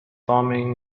thummim